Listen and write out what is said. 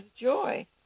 joy